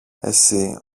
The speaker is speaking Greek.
εσύ